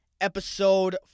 episode